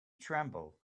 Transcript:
tremble